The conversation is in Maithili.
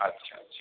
अच्छा अच्छा